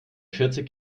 vierzig